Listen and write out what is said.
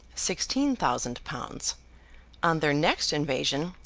sixteen thousand pounds on their next invasion,